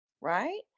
right